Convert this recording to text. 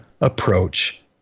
approach